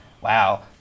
Wow